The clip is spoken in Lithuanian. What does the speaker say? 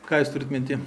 ką jūs turit minty